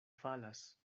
falas